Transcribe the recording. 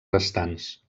restants